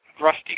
rusty